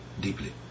deeply